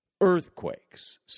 earthquakes